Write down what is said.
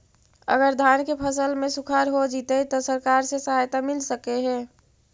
अगर धान के फ़सल में सुखाड़ होजितै त सरकार से सहायता मिल सके हे?